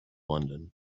london